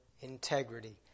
integrity